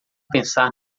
pensar